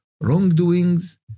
wrongdoings